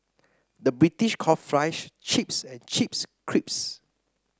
the British calls fries chips and chips crisps